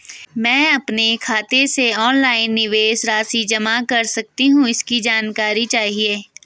मैं अपने खाते से ऑनलाइन निवेश राशि जमा कर सकती हूँ इसकी जानकारी चाहिए?